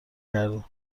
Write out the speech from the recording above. گردون